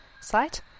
site